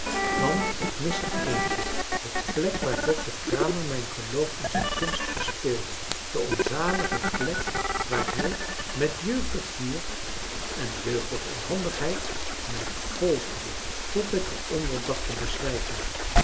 want ik mis er ééntje de plek waar dr kramer mijn geloof in zijn kunst verspeelde de onzalige plek waar hij met jeugdig vuur en jeugdige onhandigheid mij folterde tot ik er onder dacht te bezwijken